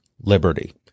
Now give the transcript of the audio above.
liberty